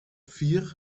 vier